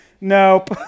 Nope